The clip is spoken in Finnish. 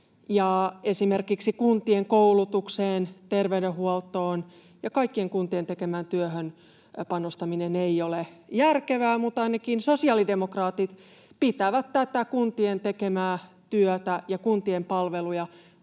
esimerkiksi kuntien koulutukseen, terveydenhuoltoon ja kaikkeen kuntien tekemään työhön panostaminen ei ole järkevää, mutta ainakin sosiaalidemokraatit pitävät tätä kuntien tekemää työtä ja kuntien palveluja